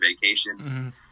vacation